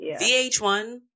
VH1